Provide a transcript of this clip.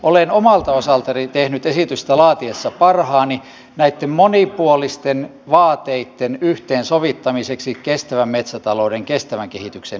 olen omalta osaltani tehnyt esitystä laatiessa parhaani näitten monipuolisten vaateitten yhteensovittamiseksi kestävän metsätalouden kestävän kehityksen hengessä